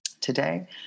today